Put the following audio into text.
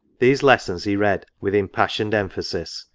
these les sons he read with impassioned emphasis,